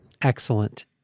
Excellent